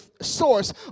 source